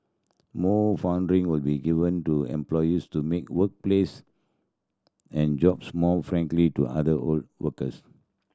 more will be given to employees to make workplace and jobs more frankly to other workers